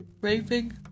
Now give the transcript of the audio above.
raping